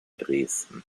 dresden